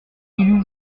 eût